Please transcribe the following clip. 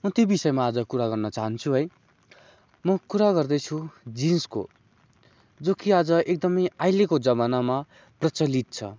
म त्यो विषयमा आज कुरा गर्न चाहन्छु है म कुरा गर्दैछु जिन्सको जो कि आज एकदमै अहिलेको जमानामा प्रचलित छ